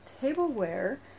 tableware